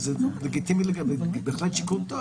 שזה לגיטימי ובהחלט שיקול טוב.